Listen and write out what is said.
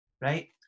right